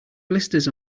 blisters